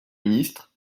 ministre